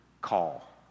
call